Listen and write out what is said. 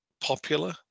popular